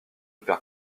perds